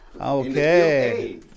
Okay